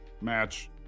match